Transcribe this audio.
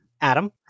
Adam